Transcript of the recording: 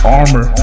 armor